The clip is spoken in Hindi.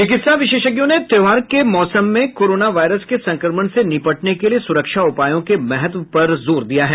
चिकित्सा विशेषज्ञों ने त्योहारों के मौसम में कोरोना वायरस के संक्रमण से निपटने के लिए सुरक्षा उपायों के महत्व पर बल दिया है